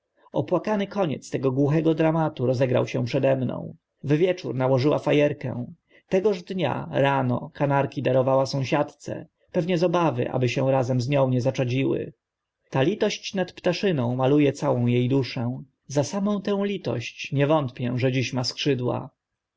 opłakany koniec tego głuchego dramatu rozegrał się przede mną w wieczór nałożyła fa erkę tegoż dnia rano kanarki darowała sąsiadce pewnie z obawy aby się razem z nią nie zaczadziły ta litość nad ptaszyną malu e całą e duszę za samą tę litość nie wątpię że dziś ma skrzydła